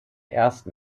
ersten